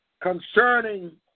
concerning